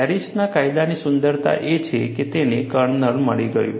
પેરિસના કાયદાની સુંદરતા એ છે કે તેને કર્નલ મળી ગયું